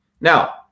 Now